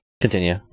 Continue